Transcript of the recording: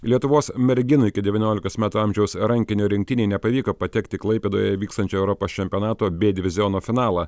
lietuvos merginų iki devyniolikos metų amžiaus rankinio rinktinei nepavyko patekti klaipėdoje vykstančio europos čempionato b diviziono finalą